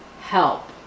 help